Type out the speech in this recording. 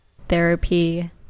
Therapy